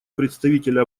представителя